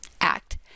Act